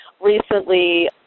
recently